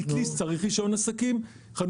אבל אטליז צריך רישיון עסקים,